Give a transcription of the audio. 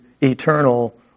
eternal